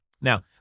Now